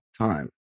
time